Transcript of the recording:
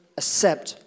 accept